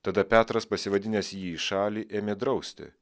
tada petras pasivadinęs jį į šalį ėmė drausti